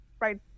right